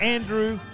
Andrew